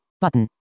Button